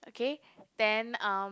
okay then um